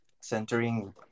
centering